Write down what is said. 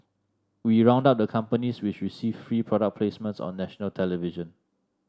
we round up the companies which received free product placements on national television